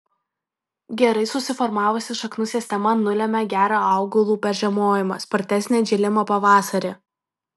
gerai susiformavusi šaknų sistema nulemia gerą augalų peržiemojimą spartesnį atžėlimą pavasarį